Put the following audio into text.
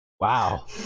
wow